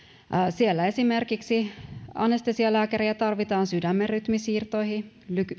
siellä esimerkiksi anestesialääkäriä tarvitaan sydämen rytminsiirtoihin